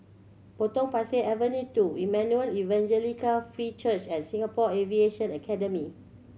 Potong Pasir Avenue Two Emmanuel Evangelical Free Church and Singapore Aviation Academy